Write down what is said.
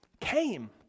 came